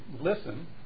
listen